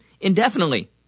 indefinitely